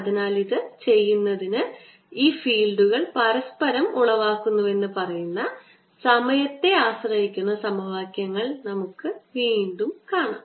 അതിനാൽ ഇത് ചെയ്യുന്നതിന് ഈ ഫീൽഡുകൾ പരസ്പരം ഉളവാക്കുന്നുവെന്ന് പറയുന്ന സമയത്തെ ആശ്രയിക്കുന്ന സമവാക്യങ്ങൾ നമുക്ക് വീണ്ടും കാണാം